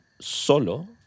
solo